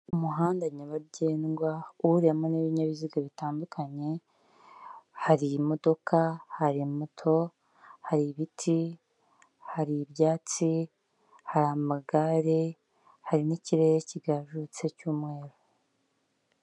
Umuhanda nyabagendwa uhuriyemo n'ibinyabiziga bitandukanye hari moto hari ibiti haribyatsi, hari amagare hari n'ikirere kigajutse cy'umweru.